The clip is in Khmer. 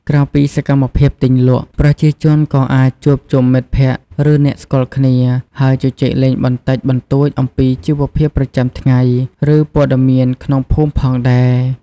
ក្រៅពីសកម្មភាពទិញលក់ ប្រជាជនក៏អាចជួបជុំមិត្តភក្តិ ឬអ្នកស្គាល់គ្នា ហើយជជែកលេងបន្តិចបន្តួចអំពីជីវភាពប្រចាំថ្ងៃ ឬព័ត៌មានក្នុងភូមិផងដែរ។